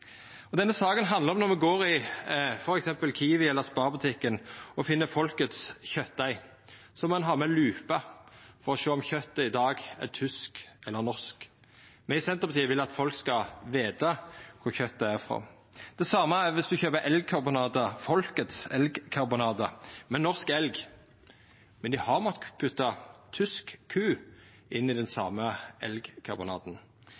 Denne saka handlar om at når ein går i f.eks. Kiwi- eller Spar-butikken og finn Folkets kjøtdeig, må ein ha med lupe for å sjå om kjøtet i dag er tysk eller norsk. Me i Senterpartiet vil at folk skal veta kor kjøtet er frå. Det same er det dersom ein kjøper elgkarbonade, Folkets elgkarbonade med norsk elg. Dei har måtta putta tysk ku inn i den